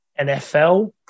NFL